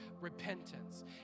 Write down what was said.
repentance